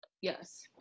Yes